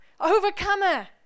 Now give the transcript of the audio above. overcomer